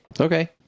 Okay